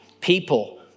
people